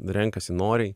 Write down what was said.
renkasi noriai